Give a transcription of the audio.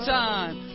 time